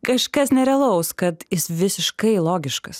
kažkas nerealaus kad jis visiškai logiškas